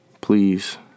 please